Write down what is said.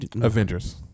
Avengers